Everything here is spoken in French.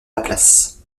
laplace